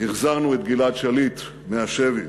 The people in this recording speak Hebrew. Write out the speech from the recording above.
החזרנו את גלעד שליט מהשבי,